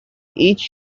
each